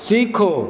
सीखो